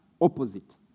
opposite